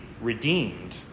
redeemed